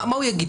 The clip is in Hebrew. מה הוא יגיד?